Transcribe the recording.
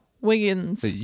Wiggins